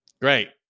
Great